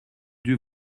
dieu